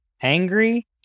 angry